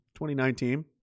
2019